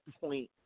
point